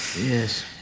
Yes